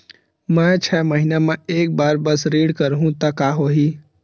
मैं छै महीना म एक बार बस ऋण करहु त का होही?